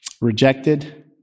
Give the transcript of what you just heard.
rejected